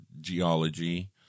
geology